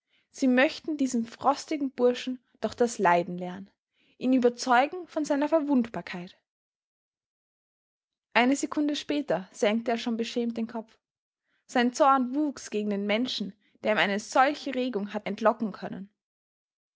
sie möchten diesem frostigen burschen doch das leiden lehren ihn überzeugen von seiner verwundbarkeit eine sekunde später senkte er schon beschämt den kopf sein zorn wuchs gegen den menschen der ihm eine solche regung hatte entlocken können